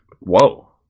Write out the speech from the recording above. Whoa